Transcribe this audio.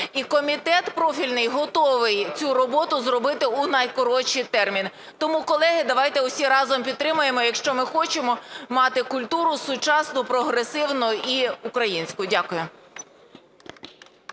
І комітет профільний готовий цю роботу зробити у найкоротші терміни. Тому, колеги, давайте усі разом підтримаємо, якщо ми хочемо мати культуру сучасну, прогресивну і українську. Дякую.